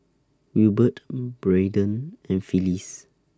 Wilbert Braeden and Phylis